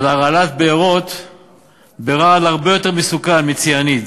על הרעלת בארות ברעל הרבה יותר מסוכן מציאניד,